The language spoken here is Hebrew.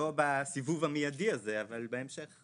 לא בסיבוב המיידי הזה, אבל בהמשך.